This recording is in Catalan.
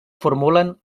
formulen